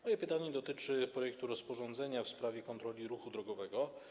Moje pytanie dotyczy projektu rozporządzenia w sprawie kontroli ruchu drogowego.